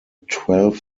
twelve